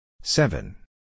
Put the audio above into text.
Seven